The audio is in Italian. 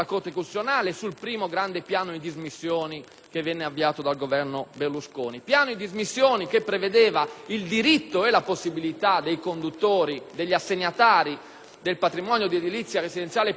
dismissioni avviato dal Governo Berlusconi, che prevedeva il diritto e la possibilità dei conduttori, degli assegnatari del patrimonio di edilizia residenziale pubblica, di acquisirlo ad un prezzo calmierato.